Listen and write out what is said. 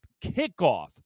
kickoff